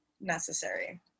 necessary